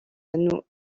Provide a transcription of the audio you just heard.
nous